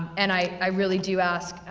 and i i really do ask,